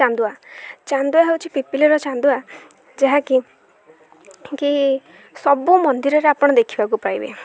ଚାନ୍ଦୁଆ ଚାନ୍ଦୁଆ ହେଉଛି ପିପିଲର ଚାନ୍ଦୁଆ ଯାହାକି କି ସବୁ ମନ୍ଦିରରେ ଆପଣ ଦେଖିବାକୁ ପାଇବେ